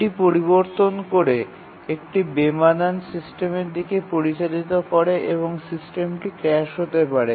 এটি পরিবর্তন করে একটি বেমানান সিস্টেমের দিকে পরিচালিত করে এবং সিস্টেমটি ক্র্যাশ হতে পারে